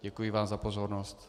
Děkuji vám za pozornost.